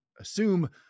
assume